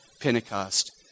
Pentecost